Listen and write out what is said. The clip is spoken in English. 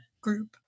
group